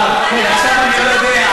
אה, כן, עכשיו אני לא יודע.